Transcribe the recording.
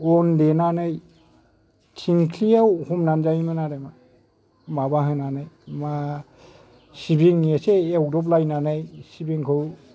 अन देनानै थिंख्लिआव हमनानै जायोमोन आरो माबा होनानै मा सिबिं एसे एवदब लायनानै सिबिंखौ